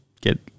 get